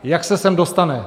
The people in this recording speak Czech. Jak se sem dostane?